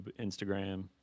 Instagram